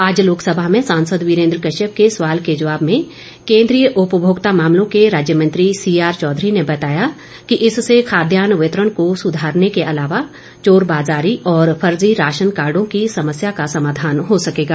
आज लोकसभा में सांसद वीरेन्द्र कश्यप के सवाल के जवाब में केन्द्रीय उपभोक्ता मामलों के राज्य मंत्री सीआर चौधरी ने बताया कि इससे खाद्यान्न वितरण को सुधारने के अलावा चोर बाजारी और फर्जी राशन कार्डो की समस्या का समाधान हो सकेगा